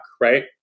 Right